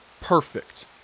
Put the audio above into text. perfect